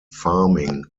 farming